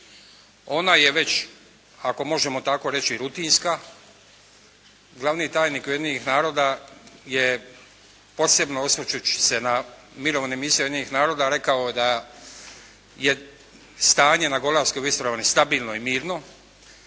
Ona je već ako možemo tako reći rutinska. Glavni tajnik Ujedinjenih naroda je posebno osvrćući se na mirovne misije Ujedinjenih naroda rekao da je stanje na Golanskoj visoravni stabilno i mirno,